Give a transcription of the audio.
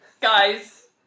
guys